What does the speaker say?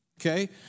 okay